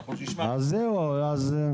נשמע את הניסוח.